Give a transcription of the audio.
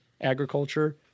agriculture